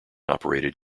operated